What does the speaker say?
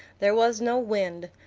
there was no wind.